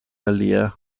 leer